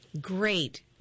Great